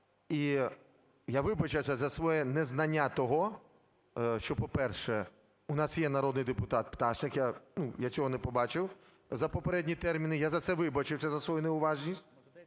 і я вибачився за своє незнання того, що, по-перше, у нас є народний депутат Пташник, я, ну, я цього не побачив за попередні терміни, я за це вибачився, за свою неуважність.